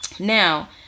Now